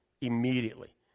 immediately